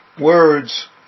Words